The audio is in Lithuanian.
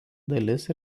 dalis